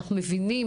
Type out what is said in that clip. אנחנו מבינים.